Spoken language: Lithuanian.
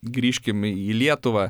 grįžkim į lietuvą